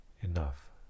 enough